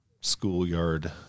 schoolyard